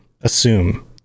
assume